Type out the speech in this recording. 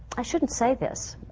i shouldn't say this.